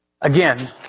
Again